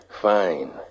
fine